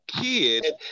kids